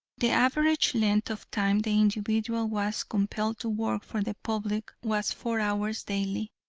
the average length of time the individual was compelled to work for the public was four hours daily,